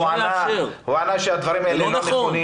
בדיון הזה הנתונים הללו לא הוכחשו.